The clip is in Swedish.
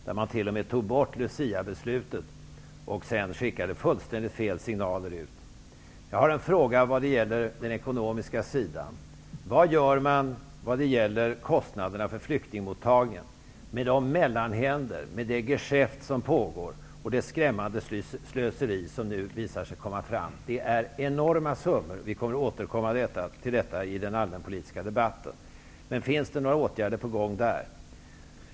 Man tog ju t.o.m. bort luciabeslutet och sände sedan ut fullständigt felaktiga signaler. Jag har en fråga vad gäller den ekonomiska sidan: Vad gör man när det gäller kostnaderna för flyktingmottagningen med de mellanhänder, med det geschäft som pågår och med det skrämmande slöseri som nu visar sig? Det handlar om enorma summor. Vi återkommer till detta i den allmänpolitiska debatten. Men är det några åtgärder på gång?